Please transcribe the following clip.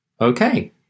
Okay